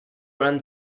ran